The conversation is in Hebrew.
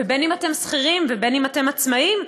ובין שאתם שכירים ובין שאתם עצמאים,